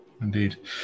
Indeed